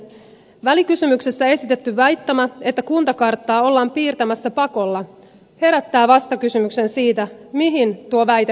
välikysymyksessä esitetty väittämä että kuntakarttaa ollaan piirtämässä pakolla herättää vastakysymyksen siitä mihin tuo väite perustuu